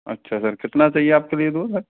अच्छा सर कितना चाहिए आपके लिए दूध